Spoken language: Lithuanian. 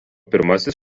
pirmasis